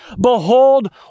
behold